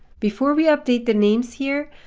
before we update the names here.